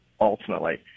ultimately